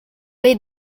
les